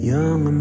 Young